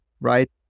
right